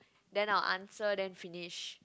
then I'll answer then finish